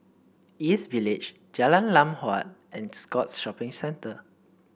East Village Jalan Lam Huat and Scotts Shopping Centre